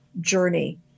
journey